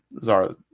Zara